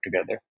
together